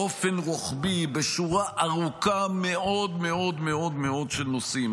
באופן רוחבי בשורה ארוכה מאוד מאוד של נושאים.